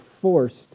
forced